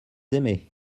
aimés